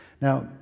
Now